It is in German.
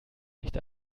nicht